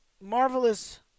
marvelous